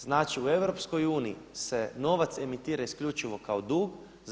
Znači u EU se novac emitira isključivo kao dug.